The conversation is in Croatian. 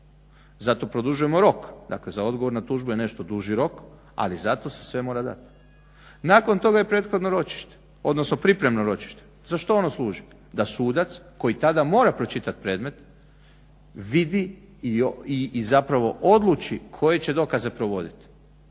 Zato produžujemo rok. Dakle, za odgovor na tužbu je nešto duži rok, ali zato se sve mora dat. Nakon toga je prethodno ročište, odnosno pripremno ročište. Za što ono služi? Da sudac koji tada mora pročitat predmet vidi i zapravo odluči koje će dokaze provoditi.